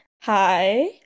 Hi